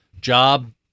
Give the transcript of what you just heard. job